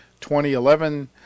2011